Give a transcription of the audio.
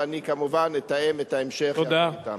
ואני כמובן אתאם את ההמשך יחד אתם.